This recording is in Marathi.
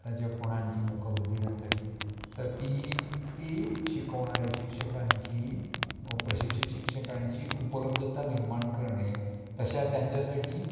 आताच्या कोणांची मूक बधिरांसाठी तर ती ती शिकवणारे शिक्षकांची प्रशिक्षित शिक्षकांची उपलब्धता निर्माण करणे तशा त्यांच्यासाठी